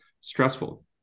stressful